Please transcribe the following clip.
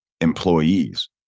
employees